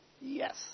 Yes